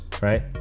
right